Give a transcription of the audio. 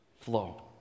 flow